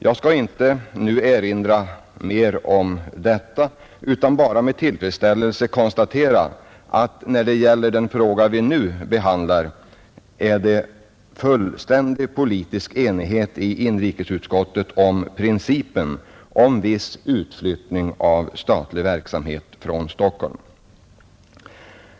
Jag skall inte nu erinra mer om detta utan vill bara med tillfredsställelse konstatera att beträffande den fråga som vi här behandlar råder det fullständig politisk enighet i inrikesutskottet om principen om viss utflyttning av statlig verksamhet från Stockholm.